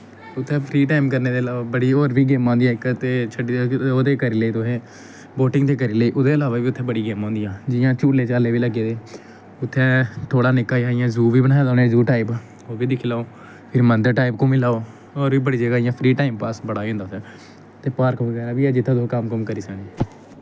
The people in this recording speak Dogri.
उत्थें फ्री टाईम करने दे अलावा होर बी बड़ी गेमां होंदियां इक ते ओह्दी करी लेई तुसें बोटिंग दी करी लोई ओह्दे अलावा बी उत्थें बड़ियां होंदियां जियां झूले झाले बी लग्गे दे उत्थें थोहड़ा इ'यां निक्का जेहा ज़ू बी बनाए दा ज़ू टाईप ओह् बी दिक्खी लैओ फिर मन्दर टाइप घूमी लैओ होर बी बड़ी जगह् इ'यां फ्री टाईम पास बड़ा होई जंदा उत्थें ते पार्क बगैरा बी ऐ जित्थें तुस कम्म कुम्म करी सकने